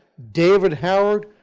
david herold,